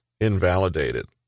invalidated